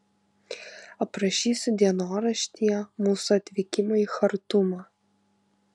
aprašysiu dienoraštyje mūsų atvykimą į chartumą